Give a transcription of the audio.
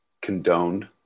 condoned